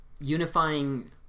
unifying